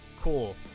Cool